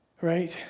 Right